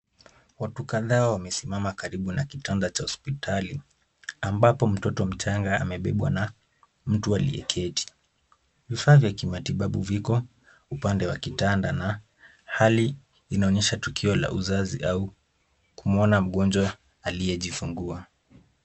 Watu kadhaa wamesimama karibu na kitanda cha hospitali ambapo mtoto mchanga amebebwa na mtu aliyeketi. Vifaa vya kimatibabu viko upande wa kitanda na hali inaonyesha tukio la uzazi au kumwona mgonjwa aliyejifungua.